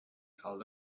called